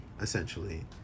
essentially